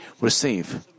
receive